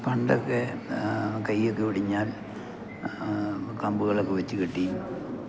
പണ്ടൊക്കെ കൈയൊക്കെ ഒടിഞ്ഞാൽ കമ്പുകളൊക്കെ വച്ചു കെട്ടിയും